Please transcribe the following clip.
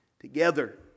together